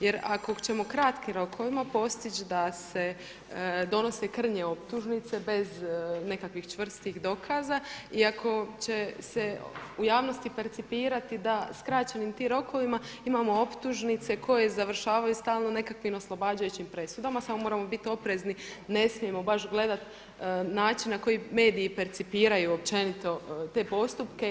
Jer ako ćemo kratkim rokovima postići da se donose krnje optužnice bez nekakvih čvrstih dokaza i ako će se u javnosti percipirati da skraćenim tim rokovima imamo optužnice koje završavaju stalno nekakvim oslobađajućim presudama, samo moramo bit oprezni ne smijemo baš gledati način na koji mediji percipiraju općenito te postupke.